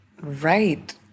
right